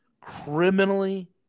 Criminally